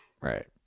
right